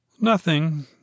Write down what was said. Nothing